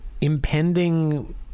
impending